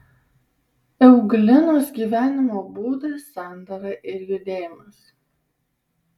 euglenos gyvenimo būdas sandara ir judėjimas